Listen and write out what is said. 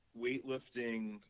weightlifting